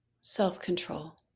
self-control